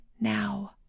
now